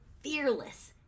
fearless